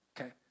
okay